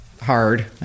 hard